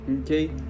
Okay